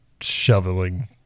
shoveling